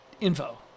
info